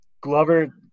Glover